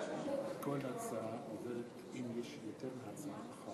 צריך להוסיף אותו,